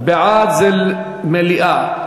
בעד זה מליאה.